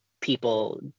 people